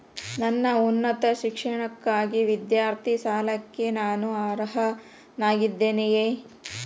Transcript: ನನ್ನ ಉನ್ನತ ಶಿಕ್ಷಣಕ್ಕಾಗಿ ವಿದ್ಯಾರ್ಥಿ ಸಾಲಕ್ಕೆ ನಾನು ಅರ್ಹನಾಗಿದ್ದೇನೆಯೇ?